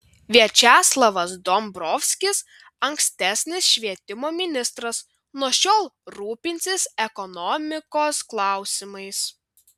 viačeslavas dombrovskis ankstesnis švietimo ministras nuo šiol rūpinsis ekonomikos klausimais